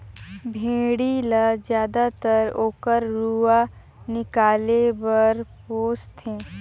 भेड़ी ल जायदतर ओकर रूआ निकाले बर पोस थें